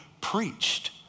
preached